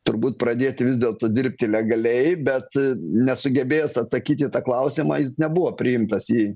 turbūt pradėti vis dėlto dirbti legaliai bet nesugebėjęs atsakyti į tą klausimą jis nebuvo priimtas į